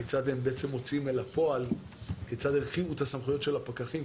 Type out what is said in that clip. כיצד הרחיבו את הסמכויות של הפקחים,